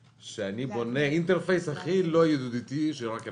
בונה את האינטרפייס הכי לא ידידותי שרק אפשר.